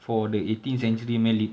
for the eighteenth century punya lit